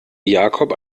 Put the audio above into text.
jakob